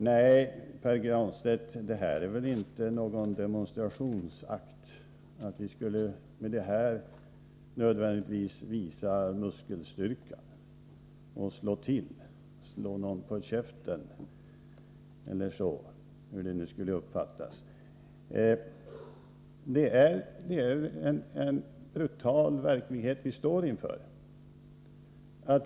Nej, Pär Granstedt, det här är väl inte någon demonstrationsakt, där vi nödvändigtvis skall visa muskelstyrka och slå till, slå någon på käften eller så, hur det nu skulle uppfattas. Det är en brutal verklighet vi står inför.